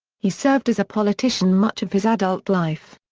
he served as a politician much of his adult life.